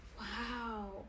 Wow